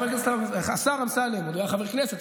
והשר אמסלם עוד היה חבר כנסת,